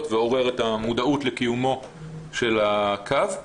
ועורר בעצם את המודעות לקיומו של הקו.